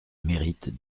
mérite